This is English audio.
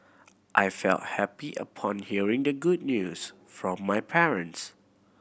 I felt happy upon hearing the good news from my parents